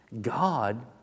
God